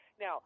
Now